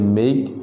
make